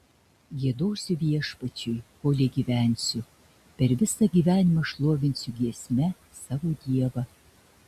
giedosiu viešpačiui kolei gyvensiu per visą gyvenimą šlovinsiu giesme savo dievą